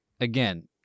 again